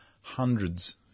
hundreds